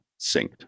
synced